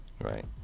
Right